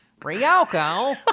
Ryoko